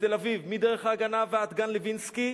בתל-אביב, מדרך-ההגנה ועד גן-לוינסקי.